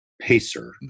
Pacer